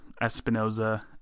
Espinoza